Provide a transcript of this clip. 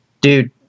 dude